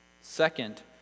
Second